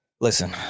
Listen